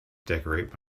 decorate